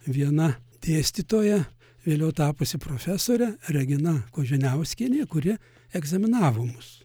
viena dėstytoja vėliau tapusi profesore regina koženiauskienė kuri egzaminavo mus